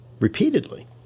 repeatedly